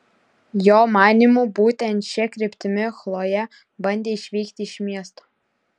jo manymu būtent šia kryptimi chlojė bandė išvykti iš miesto